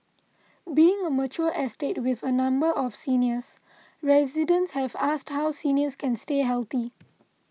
being a mature estate with a number of seniors residents have asked how seniors can stay healthy